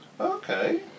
Okay